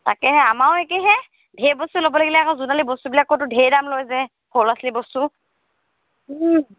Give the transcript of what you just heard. তাকেহে আমাৰো একেহে ধেৰ বস্তু ল'ব লাগিলে আকৌ জোনালীৰ বস্তুবিলাকতো ধেৰ দাম লয় যে সৰু ল'ৰা ছোৱালী বস্তু